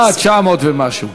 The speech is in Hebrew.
היה 900 ומשהו.